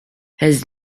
his